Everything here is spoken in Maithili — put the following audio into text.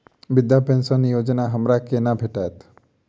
वृद्धा पेंशन योजना हमरा केना भेटत?